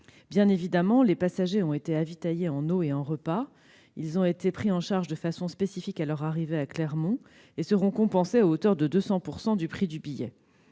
Bien évidemment, les passagers ont été ravitaillés en eau et en repas, ils ont été pris en charge de façon spécifique à leur arrivée à Clermont-Ferrand et recevront une compensation à hauteur de 200 % du prix du billet.